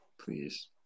please